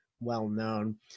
well-known